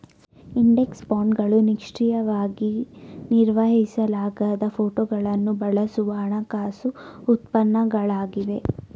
index ಫಂಡ್ಗಳು ನಿಷ್ಕ್ರಿಯವಾಗಿ ನಿರ್ವಹಿಸಲಾಗದ ಫೋಟೋಗಳನ್ನು ಬಳಸುವ ಹಣಕಾಸು ಉತ್ಪನ್ನಗಳಾಗಿವೆ